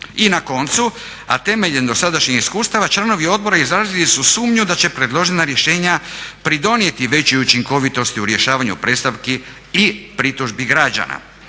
I na koncu, a temeljem dosadašnjih iskustava, članovi odbora izrazili su sumnju da će predložena rješenja pridonijeti većoj učinkovitosti u rješavanju predstavki i pritužbi građana.